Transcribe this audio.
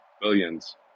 billions